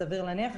סביר להניח,